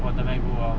what about you